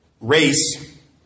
race